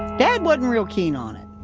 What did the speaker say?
dad wasn't real keen on it.